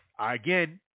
again